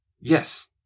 Yes